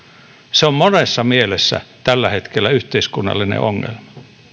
se on monessa mielessä tällä hetkellä yhteiskunnallinen ongelma